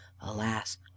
Alas